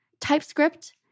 TypeScript